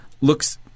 looks